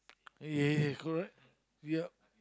ya correct yup